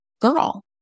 girl